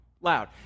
loud